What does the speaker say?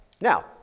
Now